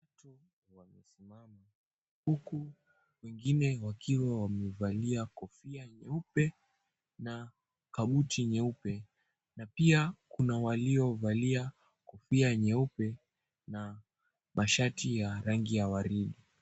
Watu wamesimama huku wengine wakiwa wamevalia kofia nyeupe na kabuti nyeupe, na pia kuna waliovalia kofia nyeupe na mashati ya rangi ya waridi.